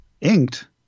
inked